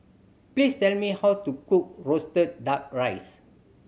please tell me how to cook roasted Duck Rice